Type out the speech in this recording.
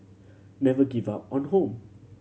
never give up on home